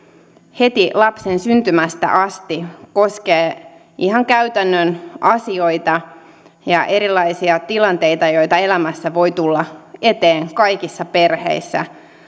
heti lapsen syntymästä asti koskee ihan käytännön asioita ja erilaisia tilanteita joita elämässä voi tulla eteen kaikissa perheissä